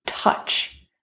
touch